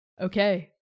Okay